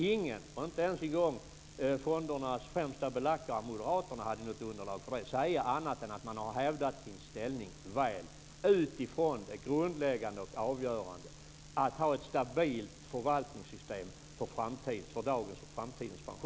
Ingen, inte ens fondernas främsta belackare moderaterna, kunde ha underlag för att säga något annat än att man har hävdat sin ställning väl utifrån det grundläggande och avgörande att ha ett stabilt förvaltningssystem för dagens och framtidens pensioner.